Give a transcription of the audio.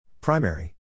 Primary